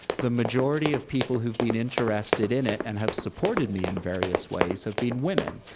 the majority of people who've been interested in it and have supported me in various ways have been women,